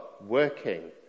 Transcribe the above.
working